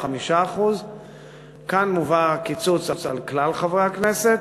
5%. כאן מובא קיצוץ על כלל חברי הכנסת.